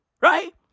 Right